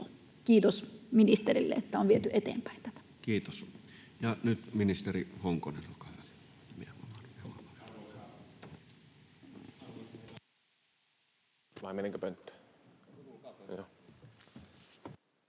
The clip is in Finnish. Kiitos ministerille, että on viety eteenpäin tätä. [Speech 238] Speaker: Toinen